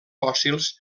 fòssils